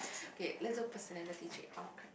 okay let's do personality trait